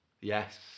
Yes